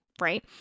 Right